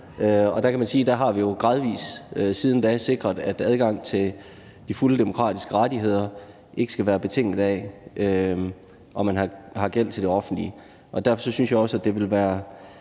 og man kan sige, at der har vi jo gradvis siden da sikret, at adgang til de fulde demokratiske rettigheder ikke skal være betinget af, om man har gæld til det offentlige. Derfor synes jeg også, at det vil være